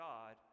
God